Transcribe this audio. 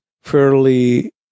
fairly